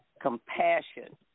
compassion